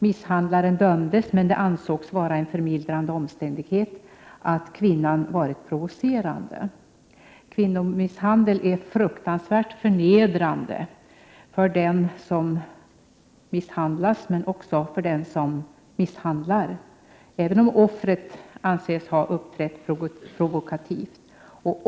Misshandlaren dömdes, men det ansågs vara en förmildrande omständighet att kvinnan varit provocerande. Kvinnomisshandel är fruktansvärt förnedrande för den som misshandlas men också för den som misshandlar. Detta gäller även om offret anses ha uppträtt provokativt.